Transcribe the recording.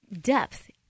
depth